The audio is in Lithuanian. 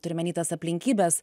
turiu omeny tas aplinkybes